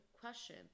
question